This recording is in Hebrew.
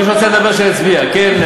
אני לא יכול לענות לכם.